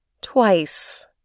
Twice